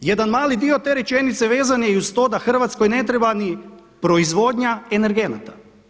Jedan mali dio te rečenice vezan je i uz to da Hrvatskoj ne treba ni proizvodnja energenata.